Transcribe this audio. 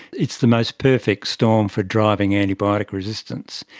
it's the most perfect storm for driving antibiotic resistance,